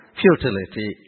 futility